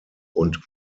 und